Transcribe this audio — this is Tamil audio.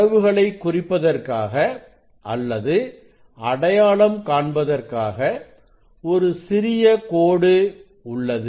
அளவுகளை குறிப்பதற்காக அல்லது அடையாளம் காண்பதற்காக ஒரு சிறிய கோடு உள்ளது